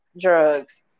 drugs